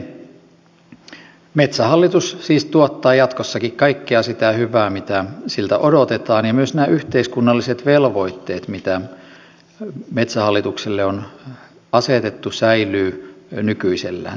edelleen metsähallitus siis tuottaa jatkossakin kaikkea sitä hyvää mitä siltä odotetaan ja myös nämä yhteiskunnalliset velvoitteet mitä metsähallitukselle on asetettu säilyvät nykyisellään